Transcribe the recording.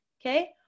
okay